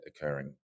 occurring